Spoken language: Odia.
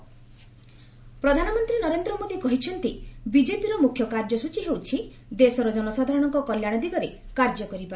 ପିଏମ ବିଜେପି ୱାର୍କର୍ସ ପ୍ରଧାନମନ୍ତ୍ରୀ ନରେନ୍ଦ୍ର ମୋଦି କହିଛନ୍ତି ବିଜେପିର ମୁଖ୍ୟ କାର୍ଯ୍ୟସ୍ଚୀ ହେଉଛି ଦେଶର ଜନସାଧାରଣଙ୍କ କଲ୍ୟାଣ ଦିଗରେ କାର୍ଯ୍ୟ କରିବା